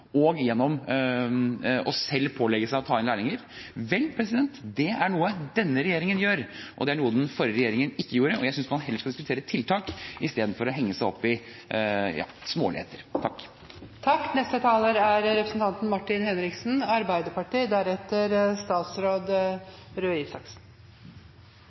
og gjennom selv å pålegge seg å ta inn lærlinger. Det er noe denne regjeringen gjør, det er noe den forrige regjeringen ikke gjorde, og jeg synes man heller skal diskutere tiltak enn å henge seg opp i småligheter. Jeg vil gjerne takke for debatten så langt og også representanten